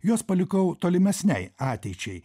juos palikau tolimesnei ateičiai